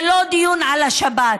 זה לא דיון על השבת,